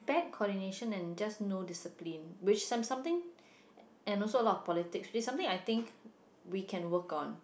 nad coordination and just no discipline which some~ something and also a lot of politics which is something I think we can work on